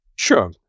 Sure